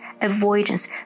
avoidance